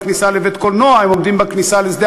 הם עומדים בכניסה לבית-קולנוע,